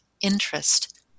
interest